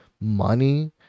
money